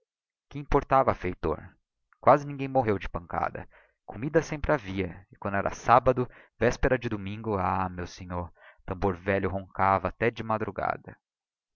que importava feitor nunca ninguém morreu de pancada comida sempre havia e quando era sabbado véspera de domingo ah meu sinhò tambor velho roncava até de madrugada